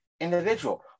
individual